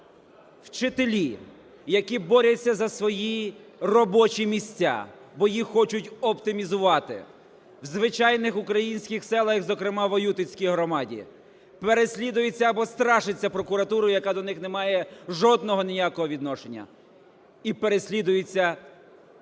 вчителі, які борються за свої робочі місця, бо їх хочуть оптимізувати, у звичайних українських селах, і, зокрема, в Воютинській громаді, переслідується або страшиться прокуратурою, яка до них немає жодного, ніякого відношення, і переслідується